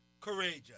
courageous